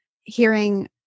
hearing